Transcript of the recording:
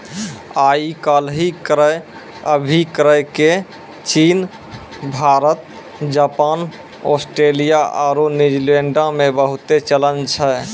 आइ काल्हि क्रय अभिक्रय के चीन, भारत, जापान, आस्ट्रेलिया आरु न्यूजीलैंडो मे बहुते चलन छै